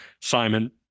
simon